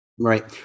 Right